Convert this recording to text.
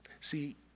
See